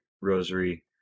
rosary